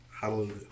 Hallelujah